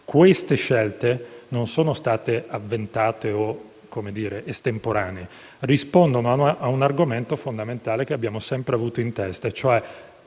queste scelte non sono state avventate o estemporanee, ma rispondono a un argomento fondamentale, che abbiamo sempre avuto in testa: